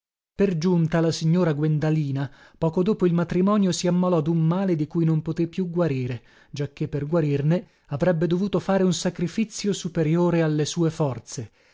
per giunta la signora guendalina poco dopo il matrimonio si ammalò dun male di cui non poté più guarire giacché per guarirne avrebbe dovuto fare un sacrifizio superiore alle sue forze